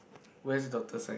where's doctor sign